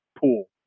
pool